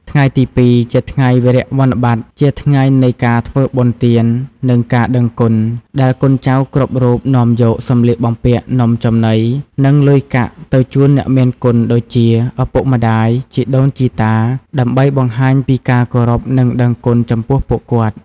ថ្ងៃទី ២ ជាថ្ងៃវារៈវ័នបត ជាថ្ងៃនៃការធ្វើបុណ្យទាន និងការដឹងគុណ ដែលកូនចៅគ្រប់រូបនាំយក សំលៀកបំពាក់ នំចំណី និងលុយកាក់ ទៅជូនអ្នកមានគុណដូចជា ឪពុកម្តាយ ជីដូនជីតា ដើម្បីបង្ហាញពីការគោរព និងដឹងគុណចំពោះពួកគាត់។